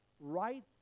Right